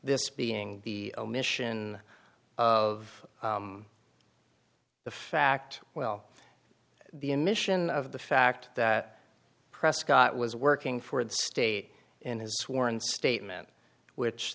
this being the omission of the fact well the emission of the fact that prescott was working for the state in his sworn statement which